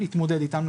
להתמודד איתם,